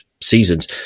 seasons